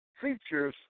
features